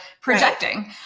projecting